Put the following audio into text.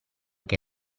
che